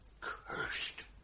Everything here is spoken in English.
cursed